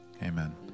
amen